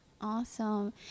Awesome